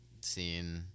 seen